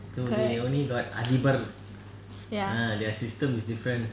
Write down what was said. correct ya